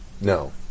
No